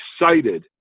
excited